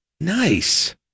Nice